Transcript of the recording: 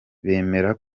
bemera